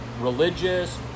religious